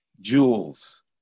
jewels